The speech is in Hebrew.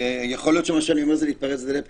יכול להיות שמה שאני אומר זה התפרצות לדלת פתוחה,